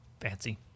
fancy